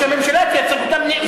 שהממשלה תייצג אותם נאמנה.